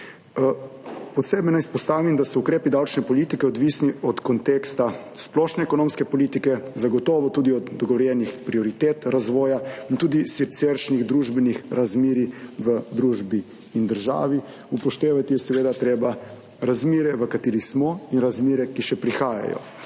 Posebej naj izpostavim, da so ukrepi davčne politike odvisni od konteksta splošne ekonomske politike, zagotovo tudi od dogovorjenih prioritet razvoja in tudi siceršnjih družbenih razmerij v družbi in državi. Upoštevati je treba razmere, v katerih smo, in razmere, ki še prihajajo.